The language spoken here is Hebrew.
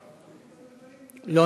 2365, 2375, 2384, 2398, 2405 ו-2417.